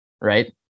right